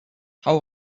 hau